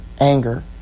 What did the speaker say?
anger